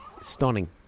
stunning